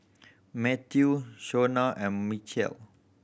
Mathew Shona and Michial